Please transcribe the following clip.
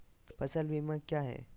फ़सल बीमा क्या है?